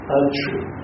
untrue